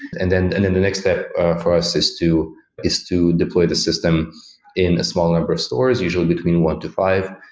and then the and next step for us is to is to deploy the system in a small number of stores, usually between one to five.